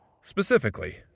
Specifically